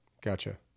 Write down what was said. Gotcha